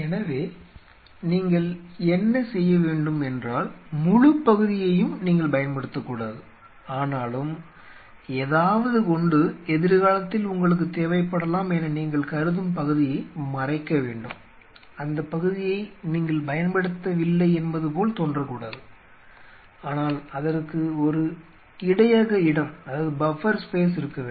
எனவே நீங்கள் என்ன செய்யவேண்டும் என்றால் முழுப் பகுதியையும் நீங்கள் பயன்படுத்தக்கூடாது ஆனாலும் ஏதாவது கொண்டு எதிர்காலத்தில் உங்களுக்குத் தேவைப்படலாம் என நீங்கள் கருதும் பகுதியை மறைக்க வேண்டும் அந்த பகுதியை நீங்கள் பயன்படுத்தவில்லை என்பது போல் தோன்றக்கூடாது ஆனால் அதற்கு ஒரு இடையக இடம் இருக்க வேண்டும்